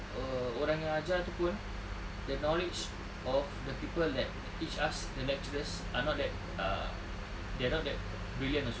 err orang yang ajar tu pun the knowledge of the people that teach us the lecturers are not that err they are not that brilliant also